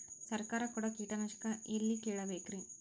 ಸರಕಾರ ಕೊಡೋ ಕೀಟನಾಶಕ ಎಳ್ಳಿ ಕೇಳ ಬೇಕರಿ?